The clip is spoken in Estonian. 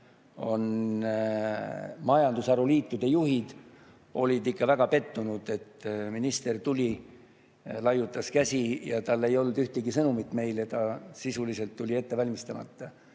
majandusharuliitude juhid, olid ikka väga pettunud, et minister tuli, laiutas käsi ja tal ei olnud ühtegi sõnumit meile, ta sisuliselt tuli ettevalmistamata